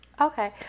Okay